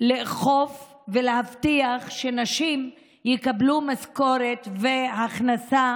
לאכוף ולהבטיח שנשים יקבלו משכורת והכנסה